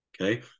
Okay